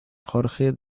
jorge